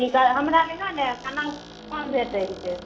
की कहे हमरा लग ने खाना भेटय छै